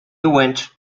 went